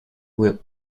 will